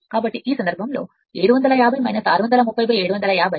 కాబట్టి ఈ సందర్భంలో 750 630750 Smax T 0